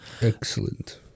Excellent